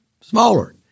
smaller